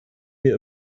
mir